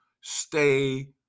stay